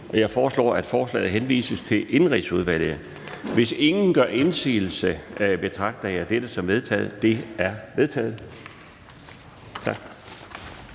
til folketingsbeslutning henvises til Indenrigsudvalget. Hvis ingen gør indsigelse, betragter jeg dette som vedtaget.